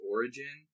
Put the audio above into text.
Origin